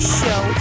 show